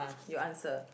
you answer